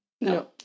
no